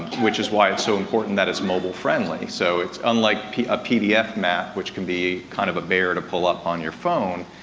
which is why it's so important that is mobile friendly, so it's unlike pdf map which can be kind of bear to pull up on your phone,